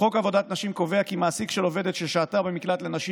חוק עבודת נשים קובע כי מעסיק של עובדת ששהתה במקלט לנשים